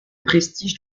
prestige